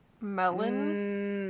melon